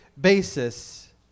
basis